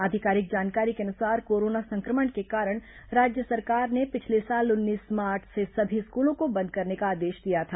आधिकारिक जानकारी के अनुसार कोरोना संक्रमण के कारण राज्य सरकार ने पिछले साल उन्नीस मार्च से सभी स्कूलों को बंद करने का आदेश दिया था